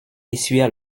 essuya